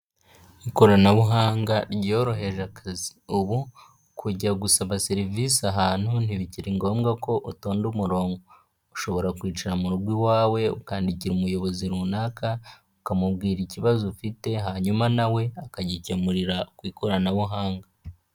Ikoranabuhanga ryoroheje akazi, ubu kujya gusaba serivisi ahantu ntibikiri ngombwa ko utunda umurongo, ushobora kwicara mu rugo iwawe ukandikira umuyobozi runaka ukamubwira ikibazo ufite, hanyuma nawe akagikemurira ku ikoranabuhanga.